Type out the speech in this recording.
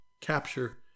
capture